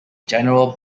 general